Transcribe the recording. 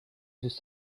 just